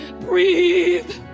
Breathe